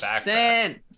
Sin